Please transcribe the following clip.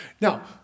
Now